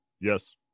Yes